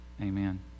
Amen